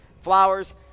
flowers